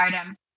items